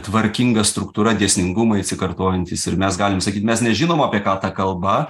tvarkinga struktūra dėsningumai atsikartojantys ir mes galim sakyt mes nežinom apie ką ta kalba